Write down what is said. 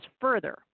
further